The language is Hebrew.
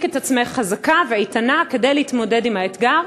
את עצמך חזקה ואיתנה כדי להתמודד עם האתגר,